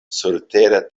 surtera